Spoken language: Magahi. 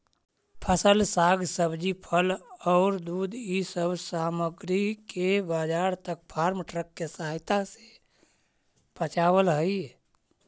फसल, साग सब्जी, फल औउर दूध इ सब सामग्रि के बाजार तक फार्म ट्रक के सहायता से पचावल हई